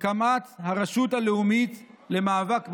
הקמת הרשות הלאומית למאבק בעוני.